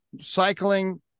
cycling